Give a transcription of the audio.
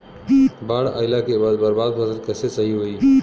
बाढ़ आइला के बाद बर्बाद फसल कैसे सही होयी?